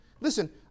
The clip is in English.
Listen